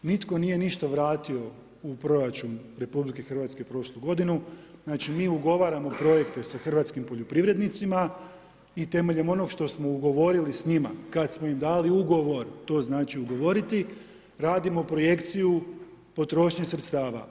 Nitko nije ništa vratio u proračun RH prošlu g. Znači mi ugovaramo projekte sa hrvatskim poljoprivrednicima i temeljem onoga što smo ugovorili s njima, kada smo im dali ugovor, to znači ugovoriti, radimo projekciju potrošnje sredstva.